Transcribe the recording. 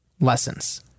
lessons